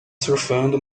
surfando